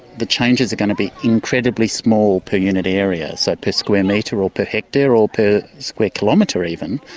the changes are going to be incredibly small per unit area, so per square metre, or per hectare, or per square kilometre even,